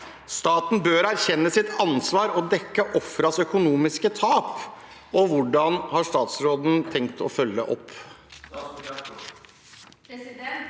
Staten bør erkjenne sitt ansvar og dekke ofrenes økonomiske tap. Hvordan vil statsråden følge opp?»